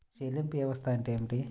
చెల్లింపు వ్యవస్థ అంటే ఏమిటి?